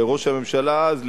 בראש הממשלה אז,